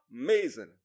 Amazing